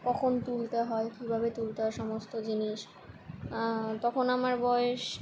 কখন তুলতে হয় কীভাবে তুলতে হয় সমস্ত জিনিস তখন আমার বয়স